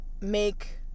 make